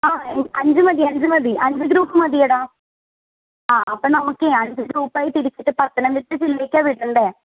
ആ അഞ്ച് മതി അഞ്ച് മതി അഞ്ച് ഗ്രൂപ്പ് മതിയെടാ ആ അപ്പം നമുക്കെ അഞ്ച് ഗ്രൂപ്പായി തിരിച്ചിട്ട് പത്തനംതിട്ട ജില്ലയ്ക്ക് വിടണ്ടേ